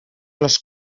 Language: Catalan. les